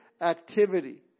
activity